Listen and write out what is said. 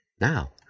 now